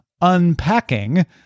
unpacking